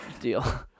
deal